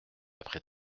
après